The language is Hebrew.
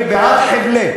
או שתהיה הפלה,